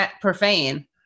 profane